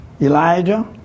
Elijah